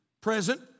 present